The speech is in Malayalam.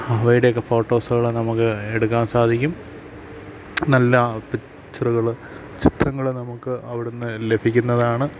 അവയുടെ ഒക്കെ ഫോട്ടോസുകൾ നമുക്ക് എടുക്കാൻ സാധിക്കും നല്ല പിക്ചറുകൾ ചിത്രങ്ങൾ നമുക്ക് അവിടുന്ന് ലഭിക്കുന്നതാണ്